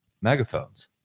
megaphones